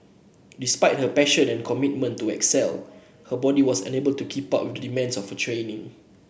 despite her passion and commitment to excel her body was unable to keep up with the demands of her training